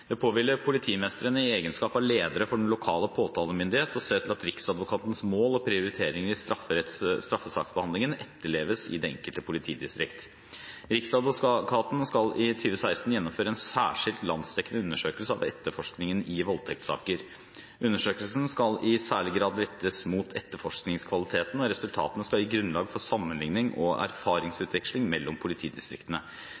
Det påhviler politimestrene i egenskap av ledere for den lokale påtalemyndighet å se til at Riksadvokatens mål og prioriteringer i straffesaksbehandlingen etterleves i det enkelte politidistrikt. Riksadvokaten skal i 2016 gjennomføre en særskilt landsdekkende undersøkelse av etterforskningen i voldtektssaker. Undersøkelsen skal i særlig grad rettes mot etterforskningskvaliteten, og resultatene skal gi grunnlag for sammenligning og